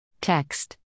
text